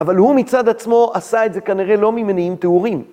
אבל הוא מצד עצמו עשה את זה כנראה לא ממניעים טהורים.